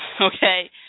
okay